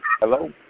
Hello